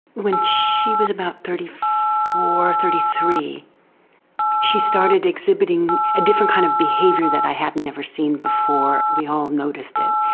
when she was about thirty four or thirty three she started exhibiting a different kind of behaviour that i had never seen before, we all noticed it,